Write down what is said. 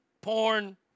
porn